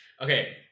Okay